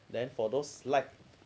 then for those light